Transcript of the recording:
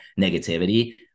negativity